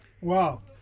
Wow